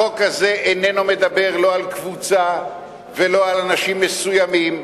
החוק הזה איננו מדבר לא על קבוצה ולא על אנשים מסוימים,